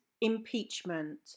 impeachment